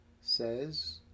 says